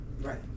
right